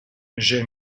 j’ai